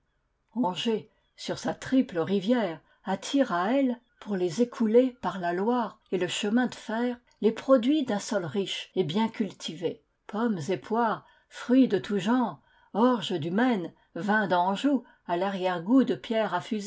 angers sur sa triple rivière attire à elle pour les écouler par la loire et le chemin de fer les produits d'un sol riche et bien cultivé pommes et poires fruits de tout genre orges du maine vins d'anjou à larrière goût de pierre